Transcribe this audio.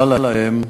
גם כשנודע להם,